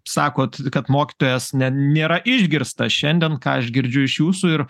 sakot kad mokytojas ne nėra išgirstas šiandien ką aš girdžiu iš jūsų ir